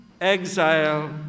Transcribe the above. exile